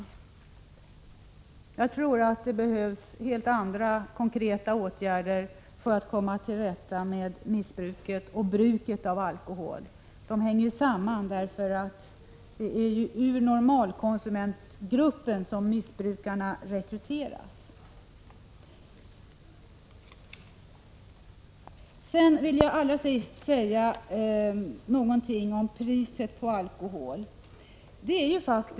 Men jag tror att det behövs helt andra konkreta åtgärder för att komma till rätta med missbruket och bruket av alkohol — de två hänger ju samman, eftersom det är ur normalkonsumenternas grupp som missbrukarna rekryteras. Allra sist vill jag säga någonting om priset på alkohol.